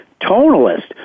tonalist